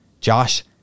Josh